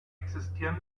existieren